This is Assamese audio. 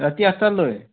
ৰাতি আঠাটালৈ